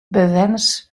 bewenners